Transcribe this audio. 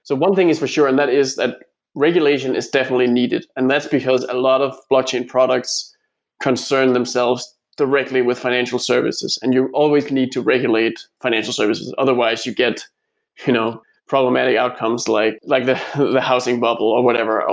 so one thing is for sure and that is regulation is definitely needed and that's because a lot of blotching products concern themselves directly with financial services and you always need to regulate financial services, otherwise you get you know problematic outcomes, like like the housing bubble, or whatever, ah